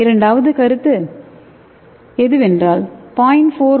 இரண்டாவது கருத்து எதுவென்றால் 0